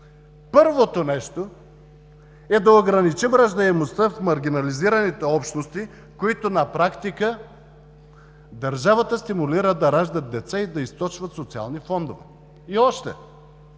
„Първото нещо е да ограничим раждаемостта в маргинализираните общности, които на практика държавата стимулира да раждат деца и да източват социални фондове“. И още: